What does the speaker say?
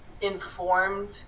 informed